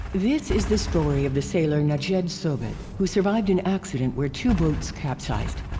this is the story of the sailor nedj sobed who survived an accident where two boats capsized.